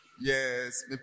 Yes